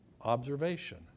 Observation